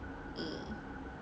mm